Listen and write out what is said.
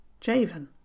Javen